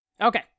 okay